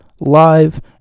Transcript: live